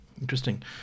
Interesting